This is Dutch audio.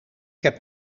heb